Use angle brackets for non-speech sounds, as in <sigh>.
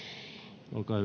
olkaa <unintelligible>